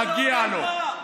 מגיע לו.